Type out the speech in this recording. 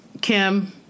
Kim